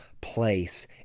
place